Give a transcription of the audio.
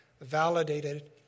validated